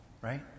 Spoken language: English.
Right